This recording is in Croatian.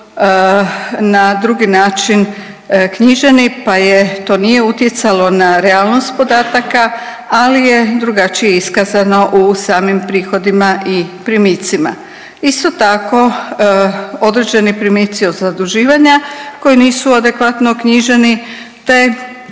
na drugi način knjiženi pa to nije utjecalo na realnost podataka, ali je drugačije iskazano u samim prihodima i primicima. Isto tako određeni primici od zaduživanja koji nisu adekvatno knjiženi, te